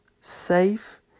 safe